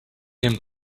him